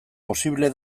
posible